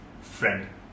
friend